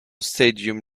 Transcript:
stadium